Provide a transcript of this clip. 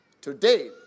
Today